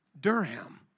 Durham